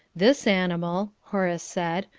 this animal, horace said,